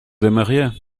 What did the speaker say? aimeriez